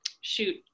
shoot